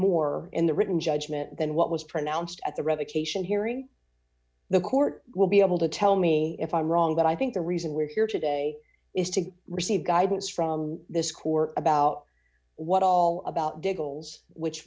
more in the written judgment than what was pronounced at the revocation hearing the court will be able to tell me if i'm wrong but i think the reason we're here today is to receive guidance from this court about what all about